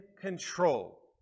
control